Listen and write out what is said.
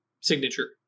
signature